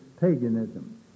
paganism